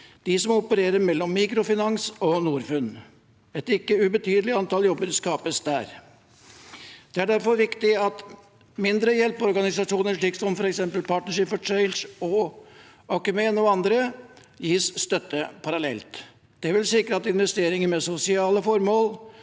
de som opererer mellom mikrofinans og Norfund. Et ikke ubetydelig antall jobber skapes der. Det er derfor viktig at mindre hjelpeorganisasjoner slik som f.eks. Partnership for Change, Acumen og andre gis støtte parallelt. Det vil sikre at investeringer med sosiale formål